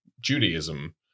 Judaism